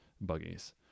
buggies